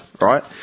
right